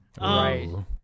right